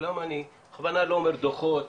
למה אני בכוונה לא אומר דוחות?